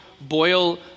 boil